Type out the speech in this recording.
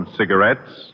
cigarettes